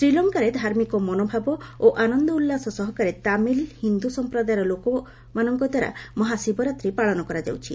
ଶ୍ରୀଲଙ୍କାରେ ଧାର୍ମିକ ମନୋଭାବ ଓ ଆନନ୍ଦ ଉଲ୍ଲାସ ସହକାରେ ତାମିଲ୍ ହନ୍ଦୁ ସମ୍ପ୍ରଦାୟର ଲୋକମାନଙ୍କଦ୍ୱାରା ମହାଶିବରାତ୍ରୀ ପାଳନ କରାଯାଉଛି